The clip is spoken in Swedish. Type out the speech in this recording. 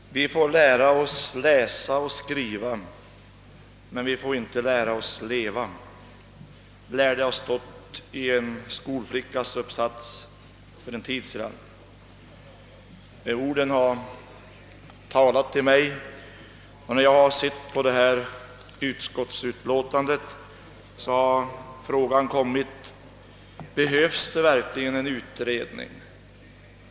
Herr talman! »Vi får lära oss läsa och skriva, men vi får inte lära Oss leva», lär det ha stått i en skolflickas uppsats för en tid sedan. Dessa ord har talat till mig. När jag har läst utskottsutlåtandet har jag frågat mig: Behövs det verkligen en utredning?